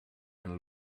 and